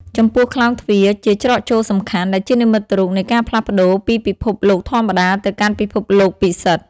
ចំពោះក្លោងទ្វារ ជាច្រកចូលសំខាន់ ដែលជានិមិត្តរូបនៃការផ្លាស់ប្តូរពីពិភពលោកធម្មតាទៅកាន់ពិភពលោកពិសិដ្ឋ។